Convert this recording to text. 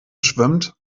schwimmt